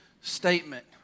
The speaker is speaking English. statement